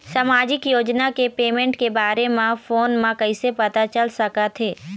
सामाजिक योजना के पेमेंट के बारे म फ़ोन म कइसे पता चल सकत हे?